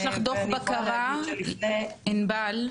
ענבל,